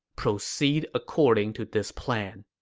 proceed according to this plan.